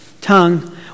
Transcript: tongue